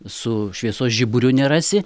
su šviesos žiburiu nerasi